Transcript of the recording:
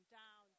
down